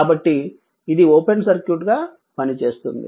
కాబట్టి ఇది ఓపెన్ సర్క్యూట్గా పనిచేస్తుంది